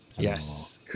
Yes